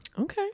Okay